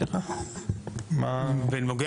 בנוגע